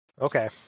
Okay